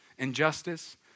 injustice